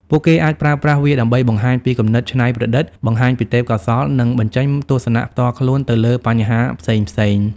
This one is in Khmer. ពួកគេអាចប្រើប្រាស់វាដើម្បី បង្ហាញពីគំនិតច្នៃប្រឌិត បង្ហាញពីទេពកោសល្យ និង បញ្ចេញទស្សនៈផ្ទាល់ខ្លួន ទៅលើបញ្ហាផ្សេងៗ។